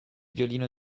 violino